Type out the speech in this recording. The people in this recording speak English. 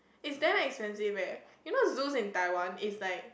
is damn expensive eh you know zoos in Taiwan is like